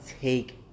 take